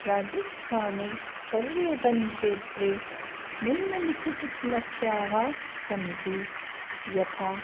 राजस्थाने पर्यटनक्षेत्रे निम्नलिखितसमस्याः सन्ति यथा